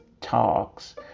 talks